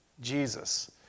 Jesus